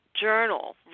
journal